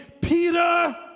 Peter